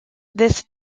this